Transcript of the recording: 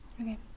Okay